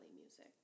music